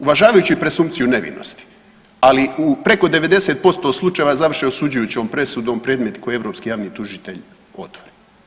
Uvažavajući presumpciju nevinosti, ali u preko 90% slučajeva završe osuđujućom presudom predmeti koje europski javni tužitelj otvori.